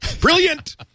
Brilliant